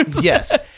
Yes